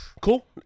Cool